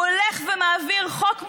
הוא הולך ומעביר חוק מושחת,